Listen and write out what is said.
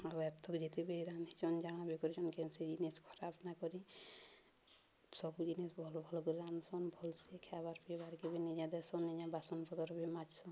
ଆଉ ଆପ୍ଥକ ଯେତେବେ ବି ରାନ୍ଧିଚନ୍ ଜାଣା ବି କରୁଛନ୍ କେନ୍ସି ଜିନିଷ୍ ଖରାପ ନାକରି ସବୁ ଜିନିଷ୍ ଭଲ ଭଲକରି ରାନ୍ଧ୍ସନ୍ ଭଲ୍ସେ ଖାଇଆବାର୍ ପିଇବାର୍ କେ ବି ନିଜ ଦେସନ୍ ନିଜ ବାସନ ପତର୍ ବି ମାଜ୍ସନ୍